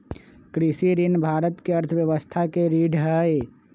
कृषि ऋण भारत के अर्थव्यवस्था के रीढ़ हई